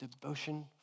devotion